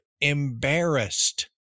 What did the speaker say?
embarrassed